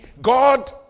God